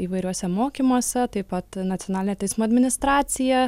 įvairiuose mokymuose taip pat nacionalinė teismų administracija